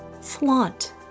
flaunt